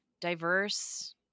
diverse